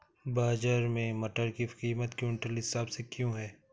बाजार में मटर की कीमत क्विंटल के हिसाब से क्यो है?